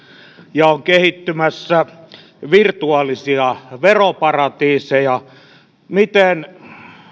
ja on kehittymässä virtuaalisia veroparatiiseja miten